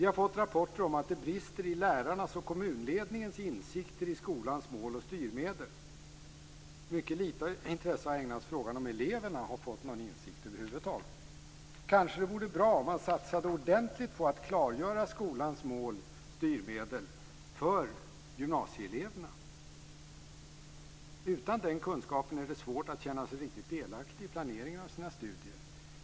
Vi har fått rapporter om att det brister i lärarnas och kommunledningens insikter i skolans mål och styrmedel. Mycket lite intresse har ägnats frågan om eleverna har fått någon insikt över huvud taget. Kanske vore det bra om man satsade ordentligt på att klargöra skolans mål och styrmedel för gymnasieeleverna. Utan den kunskapen är det svårt att känna sig riktigt delaktig i planeringen av sina studier.